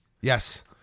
Yes